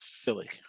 Philly